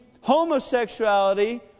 homosexuality